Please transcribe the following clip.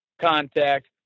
contact